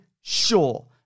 sure